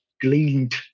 gleaned